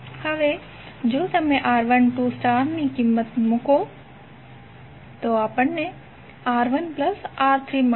હવે જો તમે R12સ્ટાર ની કિંમત મૂકો તો આપણને R1R3 મળ્યુ